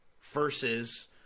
versus